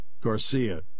Garcia